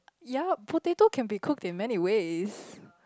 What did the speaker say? yeap potato can be cooked in many ways